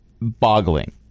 boggling